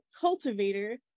cultivator